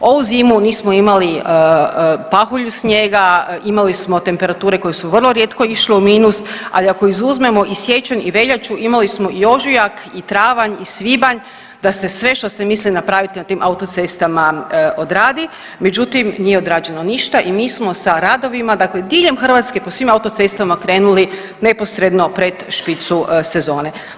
Ovu zimu nismo imali pahulju snijega, imali smo temperature koje su vrlo rijetko išle u minus, ali ako izuzmemo i siječanj i veljaču, imali smo i ožujak i travanj i svibanj da se sve što se misli napraviti na tim autocestama odradi, međutim, nije odrađeno ništa i mi smo sa radovima, dakle diljem Hrvatske po svim autocestama krenuli neposredno pred špicu sezone.